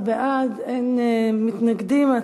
12 בעד, אין מתנגדים, אין נמנעים.